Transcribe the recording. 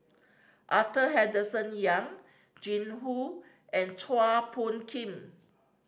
Arthur Henderson Young Jing Hu and Chua Phung Kim